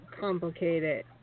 complicated